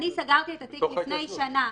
אני סגרתי את התיק לפני שנה,